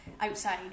outside